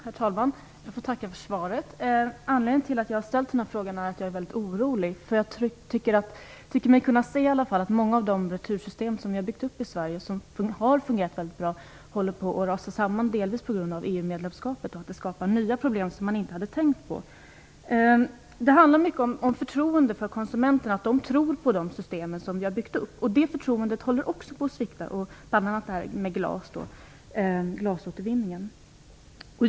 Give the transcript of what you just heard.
Herr talman! Jag får tacka för svaret. Anledningen till att jag har ställt den här frågan är att jag är väldigt orolig. Jag tycker mig kunna se att många av de retursystem som vi har byggt upp i Sverige och som har fungerat mycket bra håller på att rasa samman delvis beroende på EU-medlemskapet, vilket skapar nya problem som man inte hade tänkt på. Det handlar mycket om konsumenternas förtroende, att de tror på de system som vi har byggt upp. Det förtroendet håller också på att svikta, bl.a. när det gäller glasåtervinning.